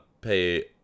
pay